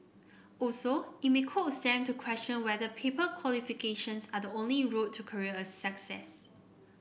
also it may coax them to question whether paper qualifications are the only route to career success